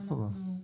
איפה?